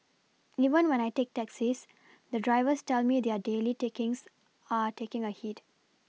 even when I take taxis the drivers tell me their daily takings are taking a hit